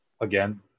again